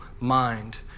mind